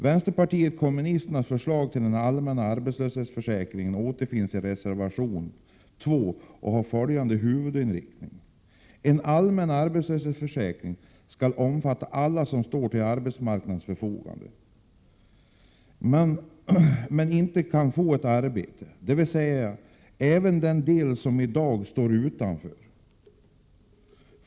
Vänsterpartiet kommunisternas förslag till en allmän arbetslöshetsförsäkring återfinns i reservation 2 och har följande huvudpunkter: —- En allmän arbetslöshetsförsäkring skall omfatta alla som står till arbetsmarknadens förfogande men inte kan få ett arbete, dvs. även den del som i dag står utanför arbetsmarknaden.